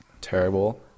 terrible